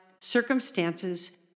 circumstances